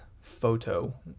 photo